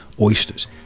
oysters